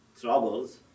troubles